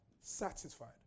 satisfied